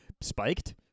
spiked